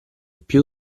più